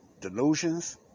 Delusions